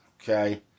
Okay